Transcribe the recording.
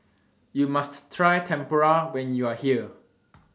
YOU must Try Tempura when YOU Are here